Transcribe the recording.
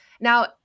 Now